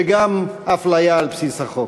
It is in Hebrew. וגם אפליה על בסיס החוק.